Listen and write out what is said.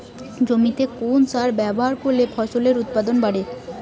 জমিতে কোন সার ব্যবহার করলে ফসলের উৎপাদন বাড়ে?